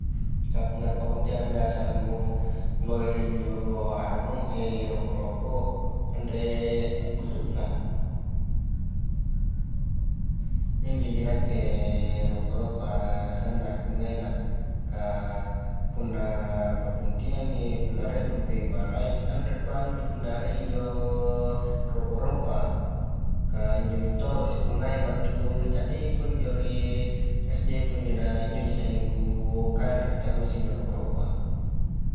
Ka punna ri ba buntinganga biasa nu loheji injo anu roko-roko, anre pa'bulluna injoji nakke roko-rokoa sanna ku ngai na kah punna pa buntingangi punna rie dumpi maraeng anre kuanu injo punna rie injo roko-rokoa ka injo minto kungai battu ri caddiku injo ri sd ku injo, na injo ji sanging ku kanre tarrusi injo roko-roko a.